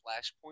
Flashpoint